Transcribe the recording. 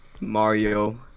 Mario